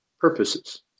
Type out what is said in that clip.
purposes